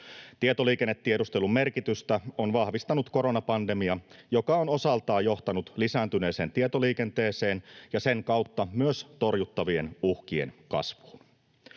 Tietoliikennetiedustelun merkitystä on vahvistanut koronapandemia, joka on osaltaan johtanut lisääntyneeseen tietoliikenteeseen ja sen kautta myös torjuttavien uhkien kasvuun.